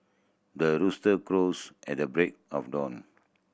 the rooster crows at the break of dawn